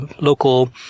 local